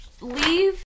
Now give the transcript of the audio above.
Leave